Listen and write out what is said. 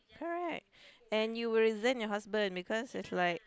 correct and you will resent your husband because it's like